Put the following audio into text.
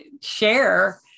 share